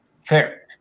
Fair